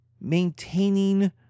maintaining